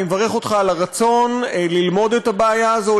אני מברך אותך על הרצון ללמוד את הבעיה הזאת,